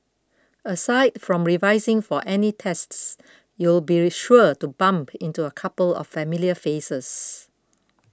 aside from revising for any tests you'll be sure to bump into a couple of familiar faces